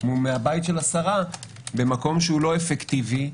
מהבית של השרה למקום שהוא לא אפקטיבי.